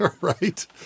Right